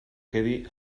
quedi